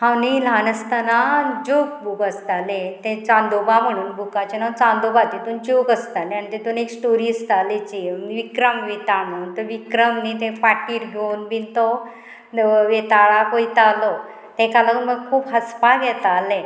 हांव न्ही ल्हान आसतना जोक बूक आसतालें तें चांदोबा म्हणून बुकाचें हांव चांदोबा तितून जोक आसतालें आनी तितून एक स्टोरी आसताली जी विक्रम वेताळ म्हणून तो विक्रम न्ही ते फाटीर घेवन बीन तो वेताळाक वयतालो तेका लागून म्हाका खूब हांसपाक येताले